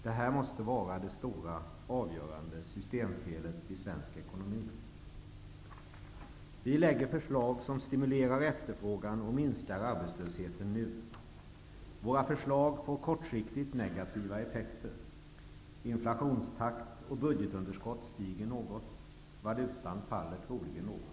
Det här måste vara det stora, avgörande systemfelet i svensk ekonomi. Vi lägger fram förslag som stimulerar efterfrågan och minskar arbetslösheten nu. Våra förslag får kortsiktigt negativa effekter - inflationstakt och budgetunderskott stiger något, valutan faller troligen något.